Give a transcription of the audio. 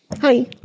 Hi